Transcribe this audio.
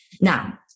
Now